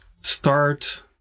start